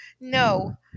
no